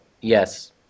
Yes